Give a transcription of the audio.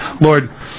Lord